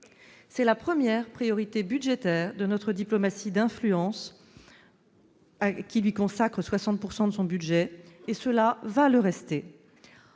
C'est la première priorité budgétaire de notre diplomatie d'influence, qui lui consacre 60 % de son budget, et cela va le rester.